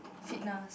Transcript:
fitness